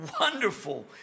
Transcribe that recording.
wonderful